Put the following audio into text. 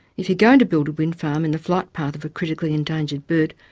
if you're going to build a wind farm in the flight path of a critically endangered bird,